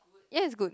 ya it's good